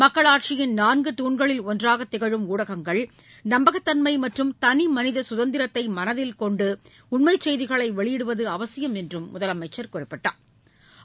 மக்களாட்சியின் நான்கு தூண்களில் ஒன்றாக திகழும் ஊடகங்கள் நம்பகத்தன்மை மற்றும் தனிமனித சுதந்திரத்தை மனதில் கொண்டு உண்மைச் செய்திகளை வெளியிடுவது அவசியம் என்றும் முதலமைச்சி குறிப்பிட்டா்